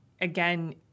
again